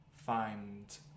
find